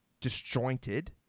disjointed